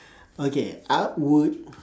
okay I would